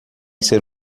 ser